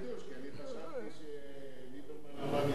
זה חידוש, כי אני חשבתי שליברמן עבד אתך.